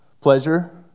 pleasure